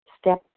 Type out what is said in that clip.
Step